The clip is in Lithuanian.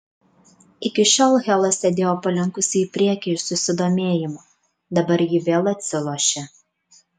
iki šiol hela sėdėjo palinkusi į priekį iš susidomėjimo dabar ji vėl atsilošė